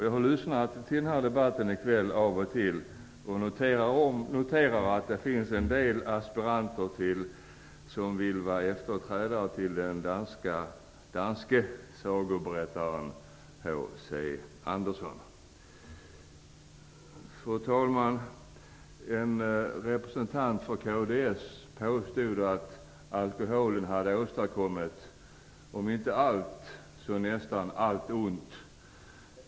Jag har lyssnat till debatten i kväll av och till och noterar att det finns en del aspiranter till att vara efterträdare till den danske sagoberättaren H.C. Andersen. Fru talman! En representant för kds påstod att alkoholen hade åstadkommit om inte allt så nästan allt ont.